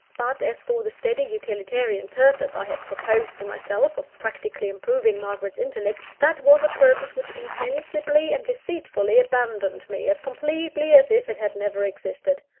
but, as for the steady, utilitarian purpose i had proposed to myself of practically improving margaret's intellect, that was a purpose which insensibly and deceitfully abandoned me as completely as if it had never existed.